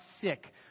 sick